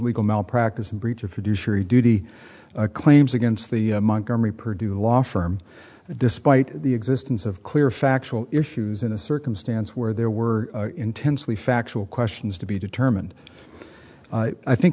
legal malpractise and breach of fiduciary duty claims against the montgomery purdue law firm despite the existence of clear factual issues in a circumstance where there were intensely factual questions to be determined i think